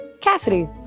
Cassidy